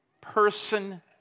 person